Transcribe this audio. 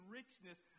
richness